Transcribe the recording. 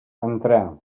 entrar